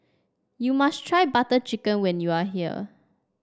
you must try Butter Chicken when you are here